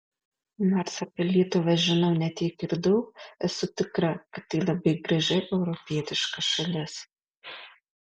nors apie lietuvą žinau ne tiek ir daug esu tikra kad tai labai graži europietiška šalis